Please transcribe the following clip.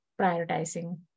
prioritizing